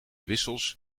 wissels